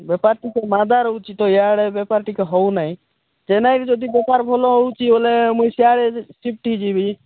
ବେପାର ଟିକେ ମାନ୍ଦା ରହୁଛିତ ଇଆଡ଼େ ଏବେ ବେପାର ଟିକେ ହେଉନାହିଁ ଚେନ୍ନାଇରେ ଯଦି ବେପାର ଭଲ ହେଉଛି ବୋଲେ ମୁ ସିଆଡ଼େ ସିଫ୍ଟ ହୋଇଯିବି